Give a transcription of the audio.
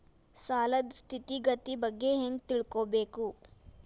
ಸಾಲದ್ ಸ್ಥಿತಿಗತಿ ಬಗ್ಗೆ ಹೆಂಗ್ ತಿಳ್ಕೊಬೇಕು?